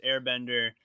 Airbender